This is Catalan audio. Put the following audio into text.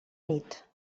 nit